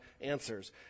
answers